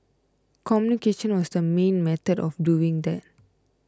communication was the main method of doing that